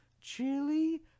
chili